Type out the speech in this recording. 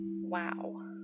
Wow